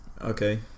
okay